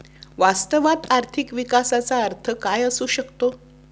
वास्तवात आर्थिक विकासाचा अर्थ काय असू शकतो?